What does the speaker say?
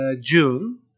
June